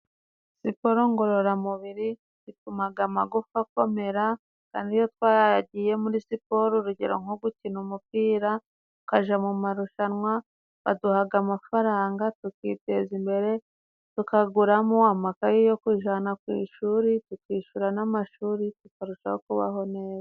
Siporo ngororamubiri itumaga amagufa akomera, kandi iyo twagiye muri siporo, urugero nko gukina umupira, ukaja mu marushanwa, baduhaga amafaranga, tukiteza imbere, tukaguramo amakaye yo kujana ku ishuri, tukishura n'amashuri, tukarushaho kubaho neza.